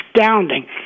astounding